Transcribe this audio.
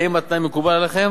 האם התנאי מקובל עליכם?